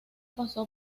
pasó